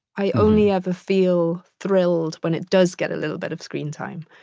i only ever feel thrilled when it does get a little bit of screen time.